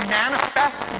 manifest